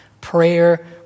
prayer